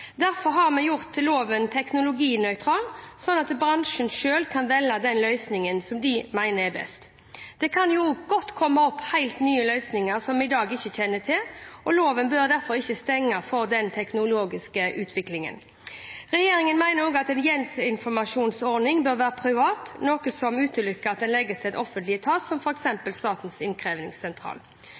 Derfor har vi gjort loven «teknologinøytral», slik at bransjen selv kan velge den løsningen de mener er best. Det kan også komme helt nye løsninger som vi i dag ikke kjenner til. Loven bør derfor ikke stenge for den teknologiske utviklingen. Regjeringen mener at en gjeldsinformasjonsordning bør være privat, noe som utelukker at den legges til en offentlig etat, som f.eks. Statens innkrevingssentral.